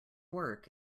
work